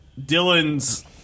Dylan's